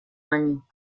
año